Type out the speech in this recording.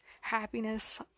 happiness